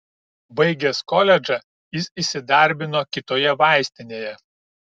baigęs koledžą jis įsidarbino kitoje vaistinėje